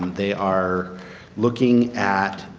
um they are looking at